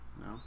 No